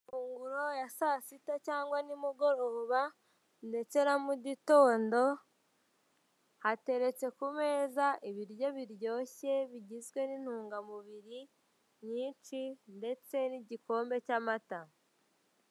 Amafunguro ya saa sita cyangwa nimugoroba ndetse na mugitondo hateretse kumeza ibiryo biryoshye bigizwe n'intungamubiri nyinshi ndetse n'igikombe cy'amata.